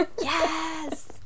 Yes